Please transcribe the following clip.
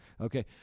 okay